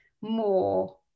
more